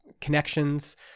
connections